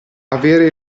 avere